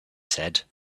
said